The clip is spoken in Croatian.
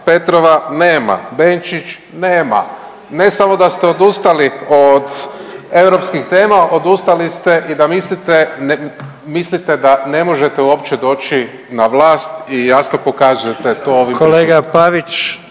Petrova nema, Benčić nema, ne samo da ste odustali od europskih tema, odustali ste i da mislite, mislite da ne možete uopće doći na vlast i jasno pokazujete to ovim